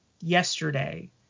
yesterday